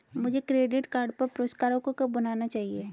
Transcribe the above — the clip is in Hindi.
मुझे क्रेडिट कार्ड पर पुरस्कारों को कब भुनाना चाहिए?